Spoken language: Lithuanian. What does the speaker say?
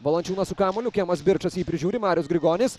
valančiūnas su kamuoliu kemas birčas jį prižiūri marius grigonis